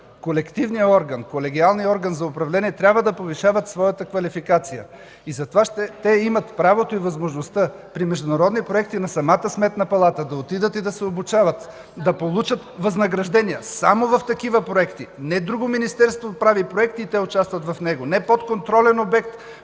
колективния, колегиалния орган за управление трябва да повишават своята квалификация. Затова те имат правото и възможността при международни проекти на самата Сметна палата да отидат и да се обучават, да получат възнаграждения. Само в такива проекти – не друго министерство прави проект и те участват в него, не подконтролен обект